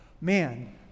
man